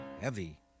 heavy